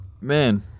man